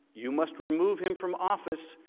you must remove him from office.